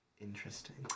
interesting